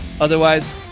otherwise